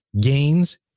gains